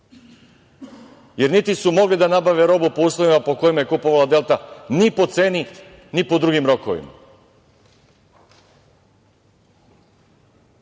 jer niti su mogli da nabave robu po uslovima po kojima je kupovala „Delta“, ni po ceni, ni po drugim rokovima. Narodna